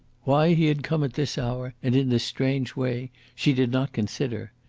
why he had come at this hour, and in this strange way, she did not consider.